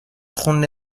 خون